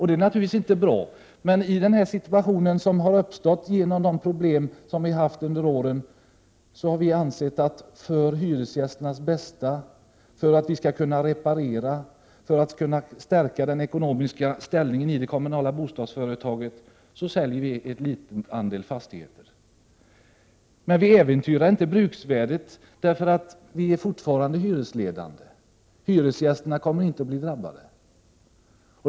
Det var naturligtvis inte bra att man måste göra detta. Men i rådande situation med de problem som har uppstått under åren ansåg vi i det kommunala bostadsföretaget att det för hyresgästernas bästa, för att man skulle kunna reparera och för att stärka det kommunala bostadsföretagets ekonomiska ställning var bäst att sälja en liten andel av fastigheterna. Men man äventyrar inte bruksvärdet, eftersom man fortfarande är hyresledande. Hyresgästerna kommer inte att drabbas.